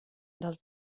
del